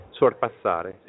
sorpassare